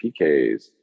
PKs